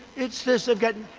it's this again.